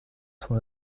son